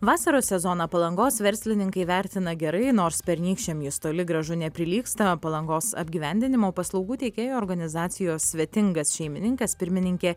vasaros sezoną palangos verslininkai vertina gerai nors pernykščiam jis toli gražu neprilygsta palangos apgyvendinimo paslaugų teikėjų organizacijos svetingas šeimininkas pirmininkė